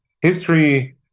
History